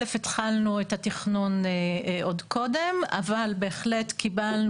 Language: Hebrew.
התחלנו את התכנון עוד קודם אבל בהחלט קיבלנו